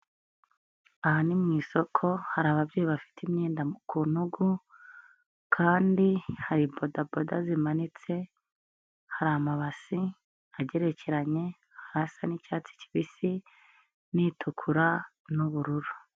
Aha ni mu isoko hari ababyeyi bafite imyenda ku ntugu kandi hari podaboda zimanitse; hari amabasi agerekeranye hasi y'icyatsi kibisi, n'itukura, n'ubururu.